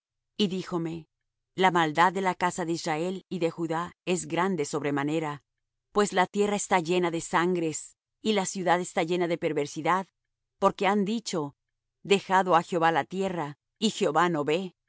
y díjome la maldad de la casa de israel y de judá es grande sobremanera pues la tierra está llena de sangres y la ciudad está llena de perversidad porque han dicho dejado ha jehová la tierra y jehová no ve